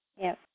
Yes